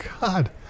God